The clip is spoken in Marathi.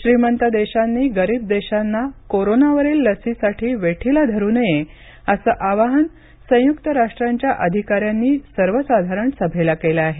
श्रीमंत देशांनी गरीब देशांना कोरोनावरील लसीसाठी वेठीला धरू नये असं आवाहन संयुक्त राष्ट्रांच्या अधिकाऱ्यांनी सर्वसाधारण सभेला केलं आहे